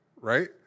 right